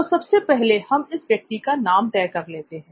तो सबसे पहले हम इस व्यक्ति का नाम तय कर लेते हैं